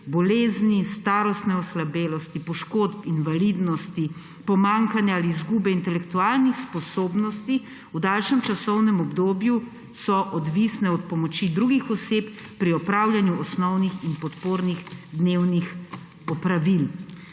bolezni, starostne oslabelosti, poškodb, invalidnosti, pomanjkanja ali izgube intelektualnih sposobnosti v daljšem časovnem obdobju odvisne od pomoči drugih oseb pri opravljanju osnovnih in podpornih dnevnih opravil.